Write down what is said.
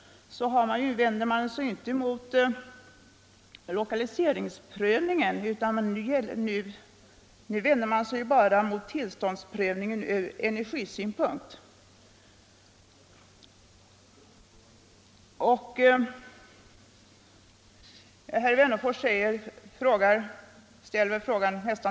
När vi sålunda godtar förslaget att stödet för pannbyten m.m. skall upphöra så innebär detta ett prioriteringsbeslut.